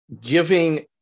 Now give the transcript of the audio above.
giving